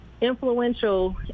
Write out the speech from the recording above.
influential